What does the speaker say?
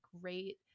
great